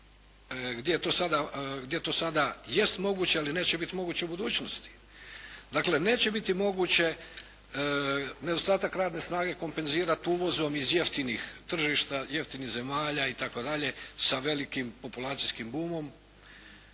gdje to sada jest moguće, ali neće biti moguće u budućnosti. Dakle, neće biti moguće nedostatak radne snage kompenzirati uvozom iz jeftinih tržišta, jeftinih zemalja itd. sa velikim populacijskim bumom